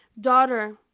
daughter